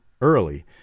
early